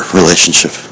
relationship